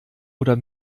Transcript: oder